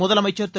முதலமைச்சர் திரு